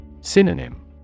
Synonym